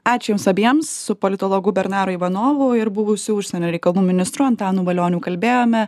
ačiū jums abiems su politologu bernaru ivanovu ir buvusiu užsienio reikalų ministru antanu valioniu kalbėjome